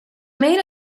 made